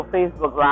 Facebook